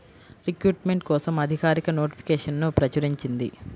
recruitment కోసం అధికారిక నోటిఫికేషన్ను ప్రచురించింది